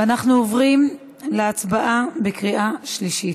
ואנחנו עוברים להצבעה בקריאה שלישית.